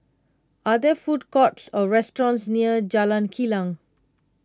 are there food courts or restaurants near Jalan Kilang